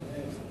אמן.